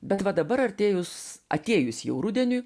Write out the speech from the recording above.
bet va dabar artėjus atėjus jau rudeniui